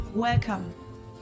Welcome